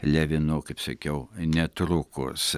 levinu kaip sakiau netrukus